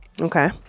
Okay